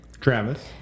travis